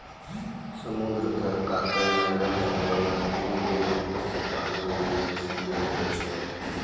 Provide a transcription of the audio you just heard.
समुद्र क कातो म रहै वाला ढेरी लोग मत्स्य पालन म शामिल होय छै